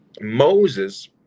Moses